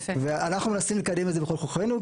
ואנחנו מנסים לקדם את זה בכל כוחנו,